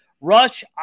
Rush